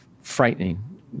frightening